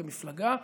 כמפלגה?